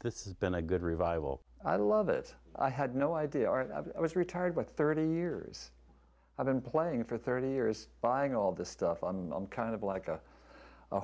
this has been a good revival i love it i had no idea i was retired with thirty years i've been playing for thirty years buying all this stuff and i'm kind of like a